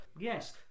Yes